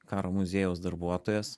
karo muziejaus darbuotojas